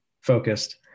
focused